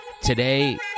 Today